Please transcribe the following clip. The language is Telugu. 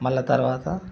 మళ్ళా తర్వాత